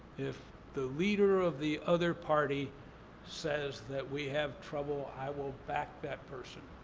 if the leader of the other party says that we have trouble, i will back that person